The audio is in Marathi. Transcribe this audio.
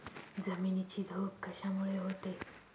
जमिनीची धूप कशामुळे होते?